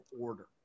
order